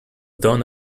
done